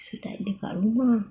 so takde kat rumah